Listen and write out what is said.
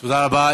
תודה רבה.